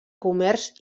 comerç